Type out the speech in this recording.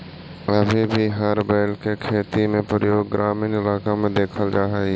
अभी भी हर बैल के खेती में प्रयोग ग्रामीण इलाक में देखल जा हई